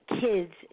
kids